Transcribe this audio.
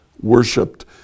worshipped